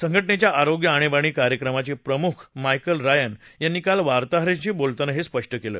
संघटनेच्या आरोग्य आणीबाणी कार्यक्रमाचे प्रमूख मायकल रायन यांनी काल वार्तांहरांशी बोलताना हे स्पष्ट केलं